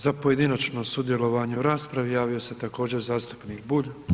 Za pojedinačno sudjelovanje u raspravi javio se također zastupnik Bulj.